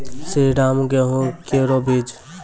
श्रीराम गेहूँ केरो बीज?